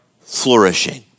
flourishing